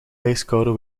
ijskoude